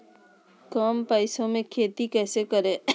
कम पैसों में खेती कैसे करें?